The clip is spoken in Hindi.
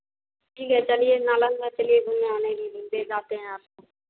ठीक है चलिए नालंदा चलिए घूमाने ही ले जाते हैं आपको